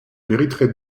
mériteraient